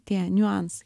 tie niuansai